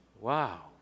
Wow